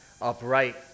upright